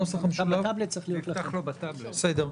ברור.